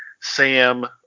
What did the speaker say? Sam